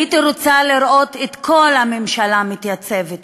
הייתי רוצה לראות את כל הממשלה מתייצבת פה,